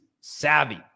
savvy